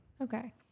Okay